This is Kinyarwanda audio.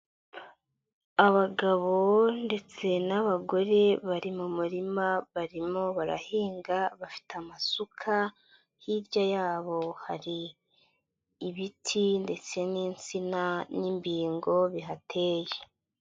Abagabo ndetse n'abagore bari mu murima, barimo barahinga, bafite amasuka, hirya yabo hari ibiti ndetse n'insina n'imbingo bihateye.